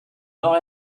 nord